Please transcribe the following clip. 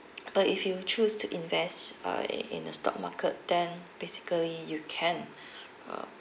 but if you choose to invest uh in in the stock market then basically you can uh